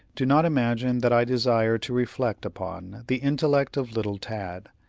do not imagine that i desire to reflect upon the intellect of little tad.